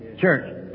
church